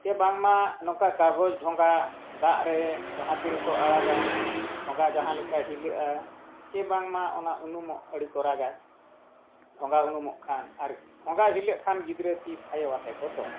ᱥᱮ ᱵᱟᱝᱢᱟ ᱱᱚᱝᱠᱟ ᱠᱟᱜᱚᱡᱽ ᱰᱷᱚᱸᱜᱟ ᱫᱟᱜ ᱨᱮ ᱡᱟᱦᱟᱸ ᱛᱤᱨᱮ ᱠᱚ ᱟᱲᱟᱜᱟ ᱰᱷᱚᱸᱜᱟ ᱡᱟᱦᱟᱸ ᱞᱮᱠᱟ ᱦᱤᱞᱟᱹᱜᱼᱟ ᱥᱮ ᱵᱟᱝᱢᱟ ᱚᱱᱟ ᱩᱱᱩᱢᱚᱜ ᱟᱹᱰᱤ ᱠᱚ ᱨᱟᱜᱟ ᱰᱷᱚᱸᱜᱟ ᱩᱱᱩᱢᱚᱜ ᱠᱷᱟᱱ ᱟᱨ ᱰᱷᱚᱸᱜᱟ ᱦᱤᱞᱟᱹᱜ ᱠᱷᱟᱱ ᱜᱤᱫᱽᱨᱟᱹ ᱛᱤ ᱛᱷᱟᱭᱚᱣᱟᱛᱮᱫ ᱠᱚ ᱫᱚᱱᱟ